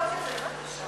תבדוק את זה, בבקשה.